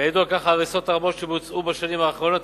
ויעידו על כך ההריסות הרבות שבוצעו בשנים האחרונות.